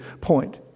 point